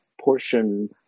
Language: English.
portion